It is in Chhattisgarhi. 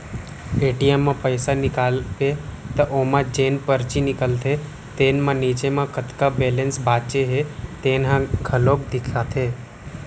ए.टी.एम म पइसा निकालबे त ओमा जेन परची निकलथे तेन म नीचे म कतका बेलेंस बाचे हे तेन ह घलोक देखाथे